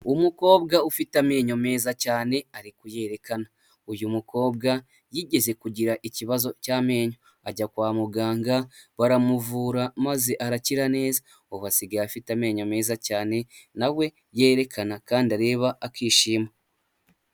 Umukobwa ufite amenyo meza cyane ari kuyerekana; uyu mukobwa yigeze kugira ikibazo cy'amenyo ajya kwa muganga baramuvura maze arakira neza. Ubu asigaye afite amenyo meza cyane na we yerekana kandi areba akishima.